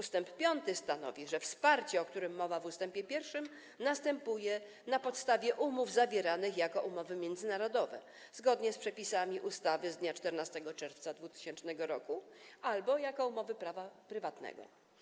Ust. 5 stanowi, że wsparcie, o którym mowa w ust. 1, następuje na podstawie umów zawieranych jako umowy międzynarodowe, zgodnie z przepisami ustawy z dnia 14 czerwca 2000 r., albo jako umowy prawa prywatnego.